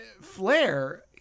flair